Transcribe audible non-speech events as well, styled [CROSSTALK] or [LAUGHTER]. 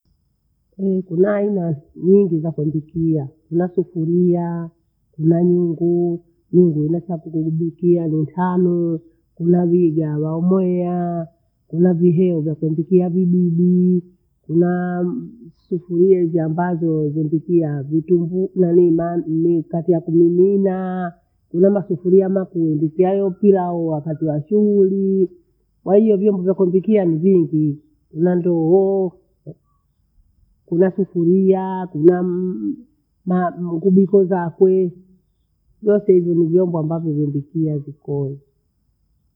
[NOISE] kuna aina nyingi zakwembikia, kuna sufuriaa, kuna nyungu. Nyungu nesha kukekubikia ngothanoo, kuna viga waumweaa, kuna vihele vakwembikia vibibi. Kuna sufuria hizi ambazo wezimbikia vitumbu yaani ma- mikate ya kumimina. Kuna masufuria makuu wembikiayo pilau wakati wa shuhuli. Kwahiyo vyombo wakwembikia ni vingi, kuna ndoo, kuna sufuria kuna [HESITATION] ma- muguduzo zakwe. Yote hivi ni vyombo ambavyo wembikia jikoni.